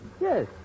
Yes